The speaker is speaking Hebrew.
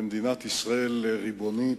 למדינת ישראל ריבונית,